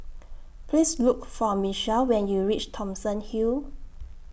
Please Look For Michell when YOU REACH Thomson Hill